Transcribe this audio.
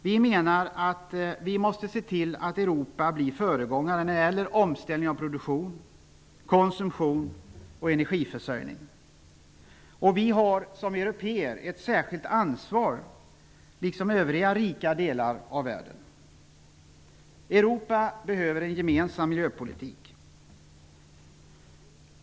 Vi menar att Europa måste gå före när det gäller omställning av produktion, konsumtion och energiförsörjning. Vi som européer har liksom man har i övriga rika delar av världen ett särskilt ansvar. Europa behöver en gemensam miljöpolitik.